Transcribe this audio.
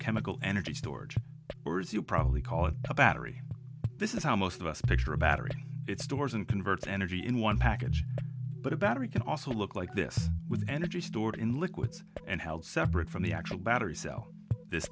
chemical energy storage or as you probably call it a battery this is how most of us picture a battery it stores and converts energy in one package but a battery can also look like this with energy stored in liquids and held separate from the actual battery cell this